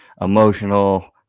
emotional